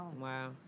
Wow